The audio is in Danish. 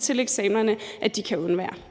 til eksamenerne skal vise, at de kan undvære.